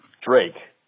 Drake